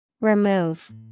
Remove